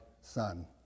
son